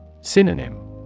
Synonym